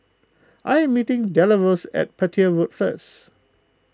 I am meeting Deloris at Petir Road first